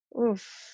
Oof